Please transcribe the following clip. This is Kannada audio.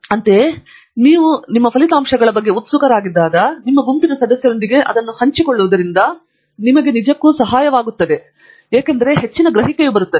ಅಂತೆಯೇ ನಿಮ್ಮ ಫಲಿತಾಂಶಗಳ ಬಗ್ಗೆ ನೀವು ಉತ್ಸುಕನಾಗಿದ್ದಾಗ ನಿಮ್ಮ ಗುಂಪಿನ ಸದಸ್ಯರೊಂದಿಗೆ ಅದನ್ನು ಹಂಚಿಕೊಳ್ಳುವುದರಿಂದ ನಿಜವಾಗಿಯೂ ನಿಮಗೆ ಸಹಾಯ ಮಾಡುತ್ತದೆ ಏಕೆಂದರೆ ಹೆಚ್ಚಿನ ಗ್ರಹಿಕೆಯು ಬರುತ್ತವೆ